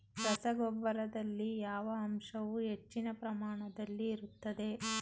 ರಸಗೊಬ್ಬರದಲ್ಲಿ ಯಾವ ಅಂಶವು ಹೆಚ್ಚಿನ ಪ್ರಮಾಣದಲ್ಲಿ ಇರುತ್ತದೆ?